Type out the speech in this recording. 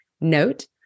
note